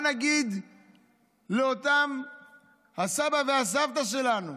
מה נגיד לאותם הסבא והסבתא שלנו,